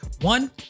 One